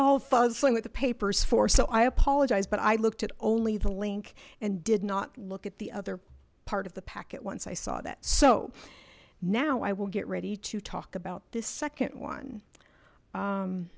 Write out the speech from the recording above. fussing with the papers for so i apologize but i looked at only the link and did not look at the other part of the packet once i saw that so now i will get ready to talk about this second one